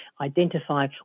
identify